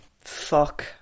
Fuck